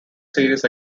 series